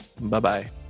Bye-bye